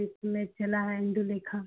इस समय चला है इन्दु लेखा